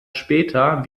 später